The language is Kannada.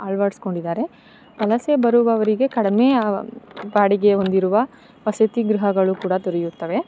ಅಳ್ವಡಿಸ್ಕೊಂಡಿದಾರೆ ವಲಸೆ ಬರುವವರಿಗೆ ಕಡಿಮೆ ಬಾಡಿಗೆ ಹೊಂದಿರುವ ವಸತಿಗೃಹಗಳು ಕೂಡ ದೊರೆಯುತ್ತವೆ